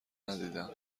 ندیدم